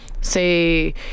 say